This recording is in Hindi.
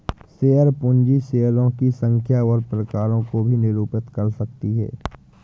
शेयर पूंजी शेयरों की संख्या और प्रकारों को भी निरूपित कर सकती है